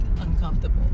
uncomfortable